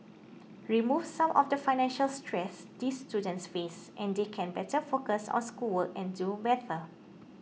remove some of the financial stress these students face and they can better focus on schoolwork and do better